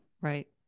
Right